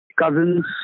cousins